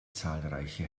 zahlreiche